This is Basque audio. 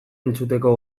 entzuteko